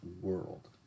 world